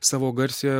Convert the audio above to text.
savo garsiąją